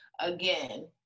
again